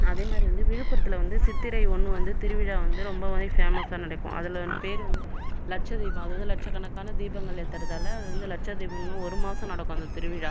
அதே மாதிரி வந்து விழுப்புரத்தில் வந்து சித்திரை ஒன்று வந்து திருவிழா வந்து ரொம்பவே ஃபேமஸாக நடக்கும் அதில் பேர் வந்து லட்ச தீபம் அது வந்து லட்ச கணக்கான தீபங்கள் ஏற்றறதால அது வந்து லட்ச தீபம்னு ஒரு மாதம் நடக்கும் அந்த திருவிழா